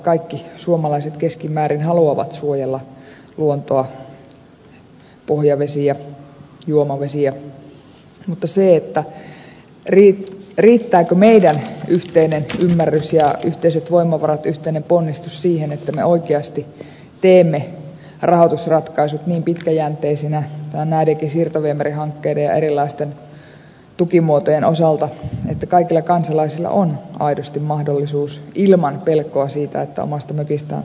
kaikki suomalaiset keskimäärin haluavat suojella luontoa pohjavesiä juomavesiä mutta riittääkö meillä yhteinen ymmärrys ja yhteiset voimavarat yhteinen ponnistus siihen että me oikeasti teemme rahoitusratkaisut niin pitkäjänteisinä näidenkin siirtoviemärihankkeiden ja erilaisten tukimuotojen osalta että kaikilla kansalaisilla on aidosti mahdollisuus elää ilman pelkoa siitä että omasta mökistään joutuisi lähtemään